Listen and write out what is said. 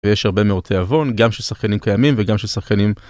ויש הרבה מאוד תאבון גם של שחקנים קיימים וגם של שחקנים...